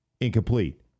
Incomplete